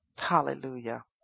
Hallelujah